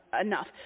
enough